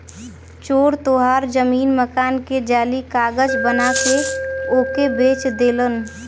चोर तोहार जमीन मकान के जाली कागज बना के ओके बेच देलन